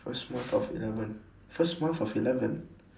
first month of eleven first month of eleven